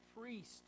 priest